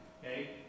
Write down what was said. okay